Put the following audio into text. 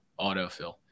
autofill